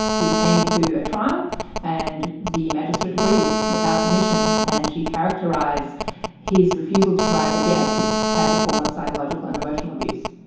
we came to a trial and the magistrate agreed with our submissions, and she characterised his refusal to provide the gett as a form of psychological and emotional abuse.